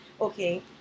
Okay